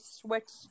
switched